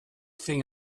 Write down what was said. thing